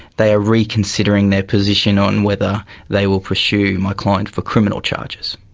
they are reconsidering their position on whether they will pursue my client for criminal charges.